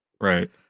Right